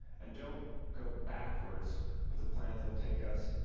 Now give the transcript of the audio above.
and don't go backwards with a plan that'll take us